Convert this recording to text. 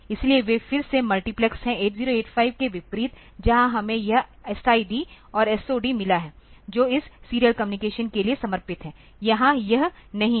इसलिए वे फिर से मल्टीप्लेक्स हैं 8085 के विपरीत जहां हमें यह एसआईडी और एसओडी मिला है जो इस सीरियल कम्युनिकेशन के लिए समर्पित है यहाँ यह नहीं है